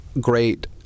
great